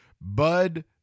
Bud